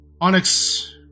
Onyx